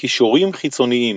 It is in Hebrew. קישורים חיצוניים